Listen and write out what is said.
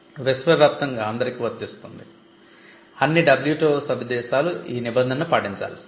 విశ్వవ్యాప్తంగా అందరికి వర్తిస్తుంది అన్ని WTO సభ్య దేశాలు ఆ నిబందనను పాటించాల్సిందే